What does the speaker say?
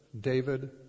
David